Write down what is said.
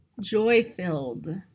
joy-filled